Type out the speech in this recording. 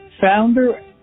founder